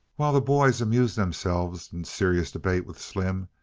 while the boys amused themselves in serious debate with slim,